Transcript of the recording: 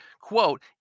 quote